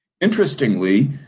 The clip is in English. Interestingly